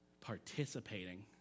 participating